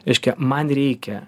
reiškia man reikia